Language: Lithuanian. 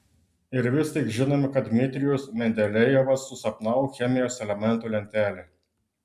ir vis tik žinome kad dmitrijus mendelejevas susapnavo chemijos elementų lentelę